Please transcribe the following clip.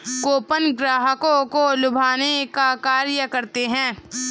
coupon ग्राहकों को लुभाने का कार्य करते हैं